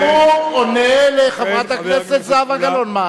הוא עונה לחברת הכנסת זהבה גלאון.